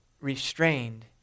restrained